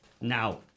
Now